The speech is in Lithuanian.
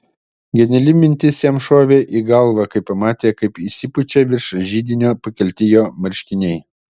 geniali mintis jam šovė į galvą kai pamatė kaip išsipučia virš židinio pakelti jo marškiniai